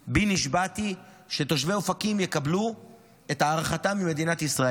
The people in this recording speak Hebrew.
בי נשבעתי שתושבי אופקים יקבלו את הערכתם ממדינת ישראל.